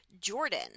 Jordan